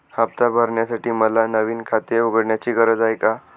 हफ्ता भरण्यासाठी मला नवीन खाते उघडण्याची गरज आहे का?